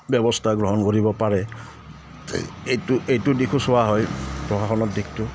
ব্যৱস্থা গ্ৰহণ কৰিব পাৰে এইটো এইটো দিশো চোৱা হয় প্ৰশাসনৰ দিশটো